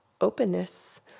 openness